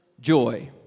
joy